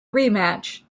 rematch